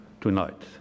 tonight